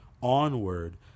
Onward